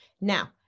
Now